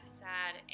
sad